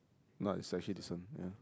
no it's actually this one ya